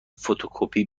فتوکپی